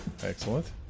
Excellent